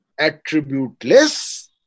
attributeless